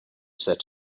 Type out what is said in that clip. said